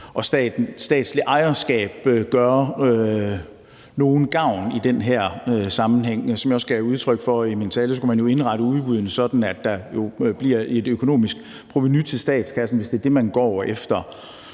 at statsligt ejerskab gør nogen gavn i den her sammenhæng. Som jeg også gav udtryk for i min tale, skulle man jo indrette udbuddene sådan, at der bliver et økonomisk provenu til statskassen, hvis det er det, man går efter.